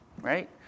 right